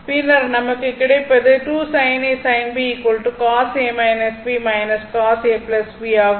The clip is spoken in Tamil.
பின்னர் நமக்கு கிடைப்பது 2 sin A sin B cos A B cos A B ஆகும்